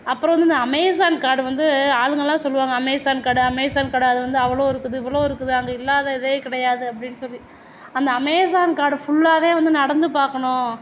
அப்புறம் வந்து இந்த அமேசான் காடு வந்து ஆளுங்களாம் சொல்வாங்க அமேசான் காடு அமேசான் காடு அது வந்து அவ்வளோ இருக்குது இவ்வளோ இருக்குது அங்கே இல்லாததே கிடையாது அப்படின்னு சொல்லி அந்த அமேசான் காடை ஃபுல்லாகவே வந்து நடந்து பார்க்கணும்